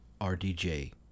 rdj